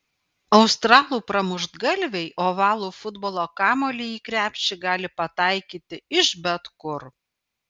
australų pramuštgalviai ovalų futbolo kamuolį į krepšį gali pataikyti iš bet kur